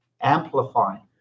Amplifying